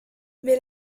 mais